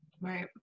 right